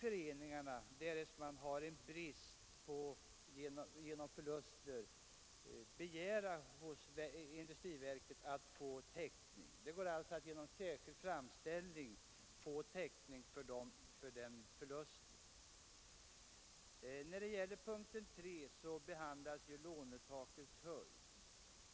Föreningarna kan, därest de har en brist genom förluster, genom särskild framställning till industriverket begära täckning för sådana förluster. Under punkten 3 behandlas lånetakets höjd.